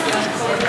אני רוצה,